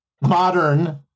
modern